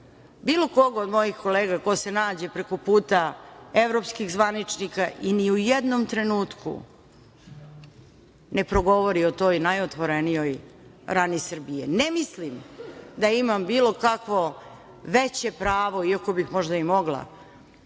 bilo koga od mojih kolega ko se nađe preko puta evropskih zvaničnika i ni u jednom trenutku ne progovori o toj najotvorenijoj rani Srbije. Ne mislim da imam bilo kakvo veće pravo, iako bih možda i mogla